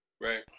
right